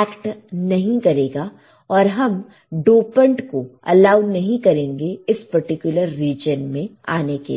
act नहीं करेगा और हम डोपेंट को अलाउ नहीं करेंगे इस पर्टिकुलर रीजन में आने के लिए